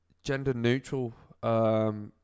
gender-neutral